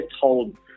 told